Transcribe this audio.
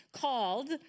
called